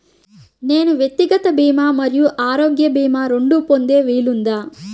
నేను వ్యక్తిగత భీమా మరియు ఆరోగ్య భీమా రెండు పొందే వీలుందా?